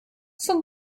zum